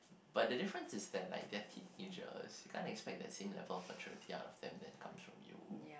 but the difference is that like they are teenagers you can't expect that same level of maturity out of them that come from you